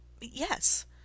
Yes